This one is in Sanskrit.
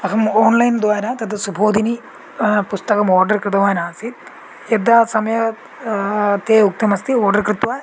अहम् आन्लैन्द्वारा तद् सुबोधिनी पुस्तकम् आर्डर् कृतवान् सुबोधिनी आसीत् यदा समय ते उक्तमस्ति ओर्डर् कृत्वा